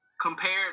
compared